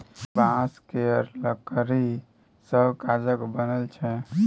बांस केर लकड़ी सँ कागज बनइ छै